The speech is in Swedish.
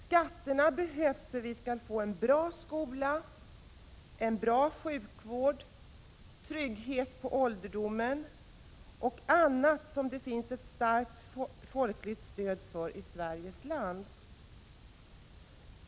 Skatterna behövs för att vi skall få en bra skola, en bra sjukvård, trygghet på ålderdomen och annat som det finns starkt folkligt stöd för i Sveriges land.